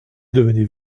devenait